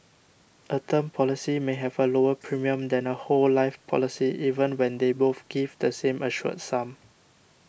a term policy may have a lower premium than a whole life policy even when they both give the same assured sum